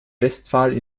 westphal